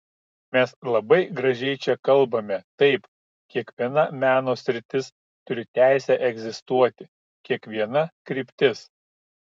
mes labai gražiai čia kalbame taip kiekviena meno sritis turi teisę egzistuoti kiekviena kryptis